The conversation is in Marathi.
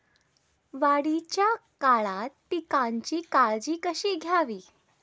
वाढीच्या काळात पिकांची काळजी कशी घ्यावी?